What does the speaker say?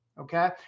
okay